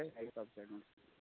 छै एहि सभके